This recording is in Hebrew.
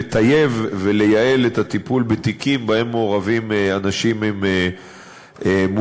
לטייב ולייעל את הטיפול בתיקים שבהם מעורבים אנשים עם מוגבלות.